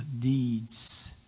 deeds